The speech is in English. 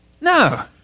No